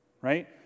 right